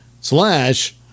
slash